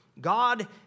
God